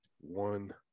one